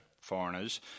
foreigners